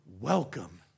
welcome